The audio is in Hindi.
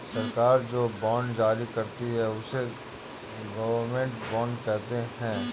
सरकार जो बॉन्ड जारी करती है, उसे गवर्नमेंट बॉन्ड कहते हैं